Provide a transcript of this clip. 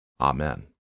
Amen